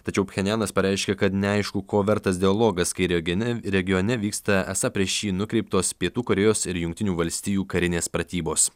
tačiau pchenjanas pareiškė kad neaišku ko vertas dialogas kai regione regione vyksta esą prieš jį nukreiptos pietų korėjos ir jungtinių valstijų karinės pratybos